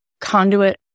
conduit